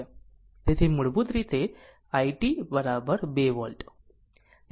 તેથી મૂળભૂત રીતે it 2 વોલ્ટ